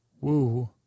woo